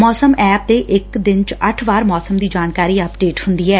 ਮੌਸਮ ਐਪ ਤੇ ਦਿਨ ਚ ਅੱਠ ਵਾਰ ਮੌਸਮ ਦੀ ਜਾਣਕਾਰੀ ਅਪਡੇਟ ਹੁੰਦੀ ਐ